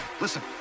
Listen